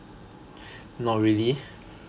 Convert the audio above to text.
not really